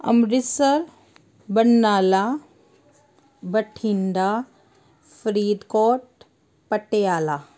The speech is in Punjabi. ਅੰਮ੍ਰਿਤਸਰ ਬਰਨਾਲਾ ਬਠਿੰਡਾ ਫਰੀਦਕੋਟ ਪਟਿਆਲਾ